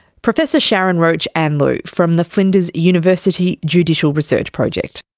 professor sharyn roach anleu from the flinders university judicial research project